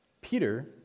Peter